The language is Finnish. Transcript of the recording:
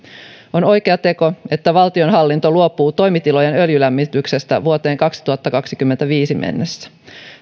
on oikea teko että valtionhallinto luopuu toimitilojen öljylämmityksestä vuoteen kaksituhattakaksikymmentäviisi mennessä